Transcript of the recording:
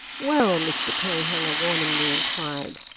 well, mr clayhanger warningly inquired,